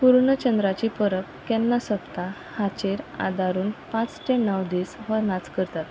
पुर्णचंद्राची परब केन्ना सोंपता हाचेर आदारून पांच ते णव दीस हो नाच करतात